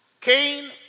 Cain